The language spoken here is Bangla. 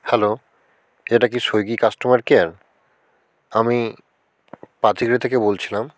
হ্যালো এটা কি সুইগি কাস্টোমার কেয়ার আমি পাতিরে থেকে বলছিলাম